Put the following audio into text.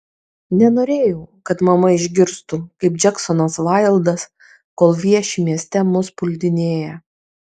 nenorėjau kad mama išgirstų kaip džeksonas vaildas kol vieši mieste mus puldinėja